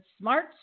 Smart